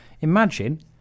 imagine